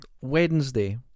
Wednesday